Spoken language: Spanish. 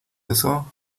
eso